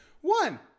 One